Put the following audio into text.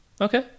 Okay